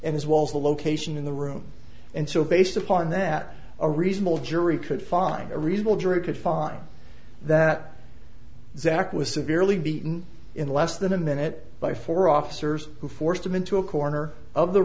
was the location in the room and so based upon that a reasonable jury could find a reasonable jury could find that zack was severely beaten in less than a minute by four officers who forced him into a corner of the